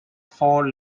four